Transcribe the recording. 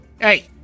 Hey